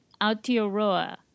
Aotearoa